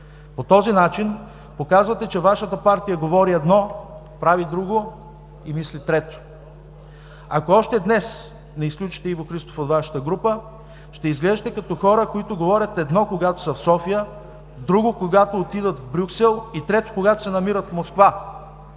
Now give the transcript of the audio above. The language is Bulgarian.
По този начин показвате, че Вашата партия говори едно, прави друго и мисли трето. Ако още днес не изключите Иво Христов от Вашата група, ще изглеждате като хора, които говорят едно, когато са в София, друго – когато отиват в Брюксел, и трето – когато се намират в Москва.